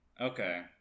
Okay